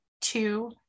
two